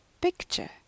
picture